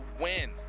win